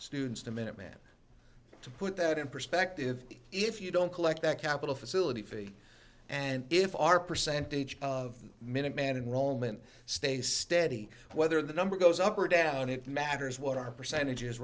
students the minute man to put that in perspective if you don't collect that capital facility fee and if our percentage of the minuteman in roman stays steady whether the number goes up or down it matters what our percentage